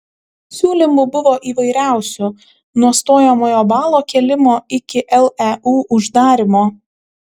siūlymų buvo įvairiausių nuo stojamojo balo kėlimo iki leu uždarymo